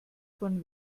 von